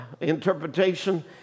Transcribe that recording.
interpretation